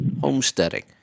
homesteading